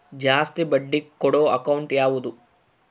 ಜಾಸ್ತಿ ಬಡ್ಡಿ ಕೊಡೋ ಅಕೌಂಟ್ ಯಾವುದು?